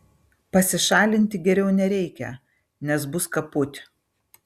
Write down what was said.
pasišalinti geriau nereikia nes bus kaput